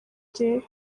gihe